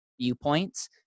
viewpoints